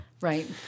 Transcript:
Right